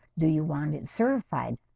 do you want it certified?